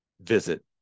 visit